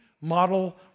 model